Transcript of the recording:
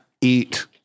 eat